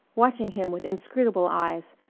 watching him with inscrutable eyes.